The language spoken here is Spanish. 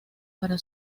para